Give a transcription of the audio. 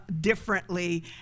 differently